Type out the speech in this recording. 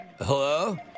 Hello